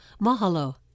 Mahalo